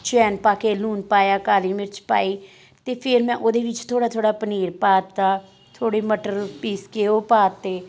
ਅਜਵਾਇਣ ਪਾ ਕੇ ਲੂਣ ਪਾਇਆ ਕਾਲੀ ਮਿਰਚ ਪਾਈ ਅਤੇ ਫਿਰ ਮੈਂ ਉਹਦੇ ਵਿੱਚ ਥੋੜ੍ਹਾ ਥੋੜ੍ਹਾ ਪਨੀਰ ਪਾ ਤਾ ਥੋੜ੍ਹੇ ਮਟਰ ਪੀਸ ਕੇ ਉਹ ਪਾ ਤੇ